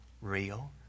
real